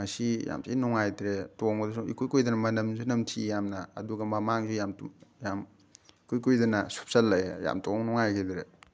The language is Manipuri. ꯃꯁꯤ ꯌꯥꯝ ꯊꯤꯅ ꯅꯨꯡꯉꯥꯏꯇ꯭ꯔꯦ ꯇꯣꯡꯕꯗꯁꯨ ꯏꯀꯨꯏ ꯀꯨꯏꯗꯅ ꯃꯅꯝꯁꯨ ꯅꯝꯊꯤ ꯌꯥꯝꯅ ꯑꯗꯨꯒ ꯃꯃꯥꯡꯁꯨ ꯌꯥꯝ ꯌꯥꯝ ꯏꯀꯨꯏ ꯀꯨꯏꯗꯅ ꯁꯨꯞꯆꯜꯂꯛꯑꯦ ꯌꯥꯝꯅ ꯇꯣꯡ ꯅꯨꯡꯉꯥꯏꯈꯤꯗ꯭ꯔꯦ